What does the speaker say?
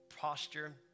posture